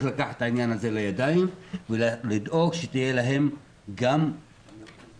לקחת את העניין הזה לידיים ולדאוג שתהיה להם גם הכשרה,